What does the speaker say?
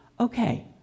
Okay